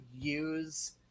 use